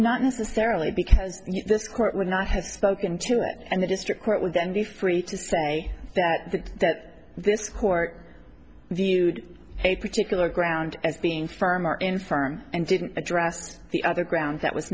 not necessarily because this court would not have spoken to it and the district court would then be free to say that that that this court viewed a particular ground as being firm or infirm and didn't address the other ground that was